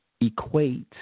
equate